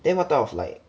then what type of like